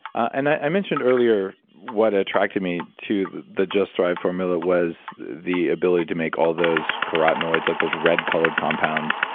and i mentioned earlier what attracted me to the the just thrive formula was the ability to make all those carotenoids, like those red colored compounds,